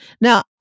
Now